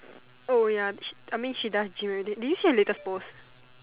oh ya she I mean she does she really did you see her little post